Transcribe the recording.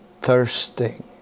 thirsting